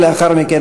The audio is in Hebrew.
ולאחר מכן,